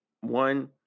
One